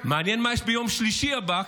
מעניין מה יש ביום שלישי הבא,